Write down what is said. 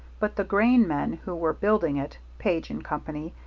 but the grain men who were building it, page and company,